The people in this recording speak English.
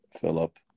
Philip